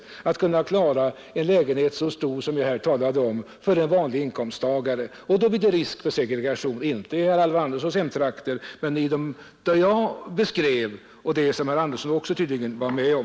Då blir det svårt att klara en lägenhet så stor som jag här talade om för en vanlig inkomsttagare, och då blir det risk för segregation. Detta gäller inte i herr Alvar Anderssons hemtrakter, men det gällde där jag beskrev, och det var herr Andersson tydligen med om.